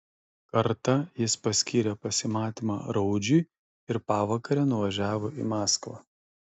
kartą jis paskyrė pasimatymą raudžiui ir pavakare nuvažiavo į maskvą